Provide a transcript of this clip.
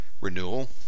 renewal